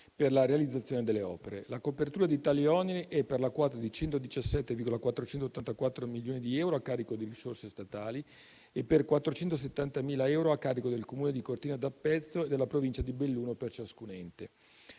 per la realizzazione delle opere. La copertura di tali oneri è, per la quota di 117,484 milioni di euro, a carico di risorse statali e, per 470.000 euro, a carico del Comune di Cortina d'Ampezzo e della Provincia di Belluno, per ciascun ente.